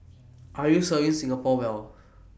are you serving Singapore well